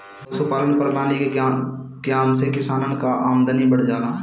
पशुपालान प्रणाली के ज्ञान से किसानन कअ आमदनी बढ़ जाला